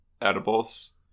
edibles